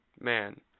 man